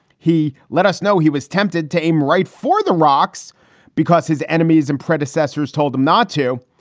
he let us know he was tempted to aim right for the rocks because his enemies and predecessors told him not to.